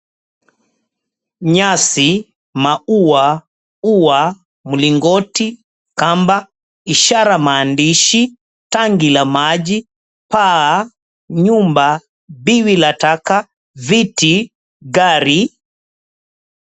Nyasi, maua, ua, mlingoti, kamba, ishara maandishi, tangi la maji, paa, nyumba, biwi la taka, viti, gari.